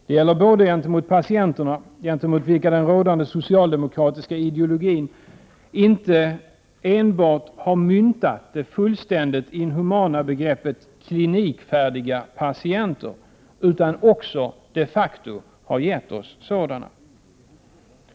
Det gäller uppträdandet mot patienterna, gentemot vilka den rådande socialdemokratiska ideologin inte enbart myntat det fullständigt inhumana begreppet ”klinikfärdiga” patienter, utan den har också de facto gett oss sådana.